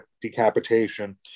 decapitation